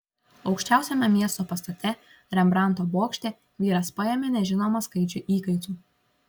aukščiausiame miesto pastate rembrandto bokšte vyras paėmė nežinomą skaičių įkaitų